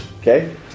Okay